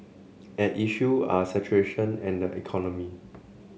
at issue are saturation and economy